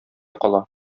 кала